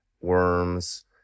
worms